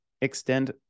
extend